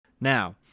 Now